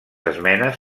esmenes